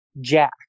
Jack